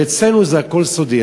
ואצלנו זה הכול סודי.